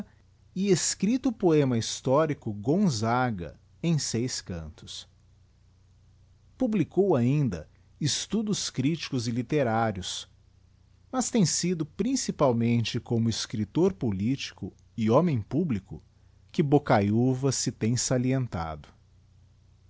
e escripto o poema historico gonaaga em seis cantos publicou ainda estu dos criticos e literários mas tem sido principalmente como escriptor politico e homem publico que bocayuva se tem salientado tendo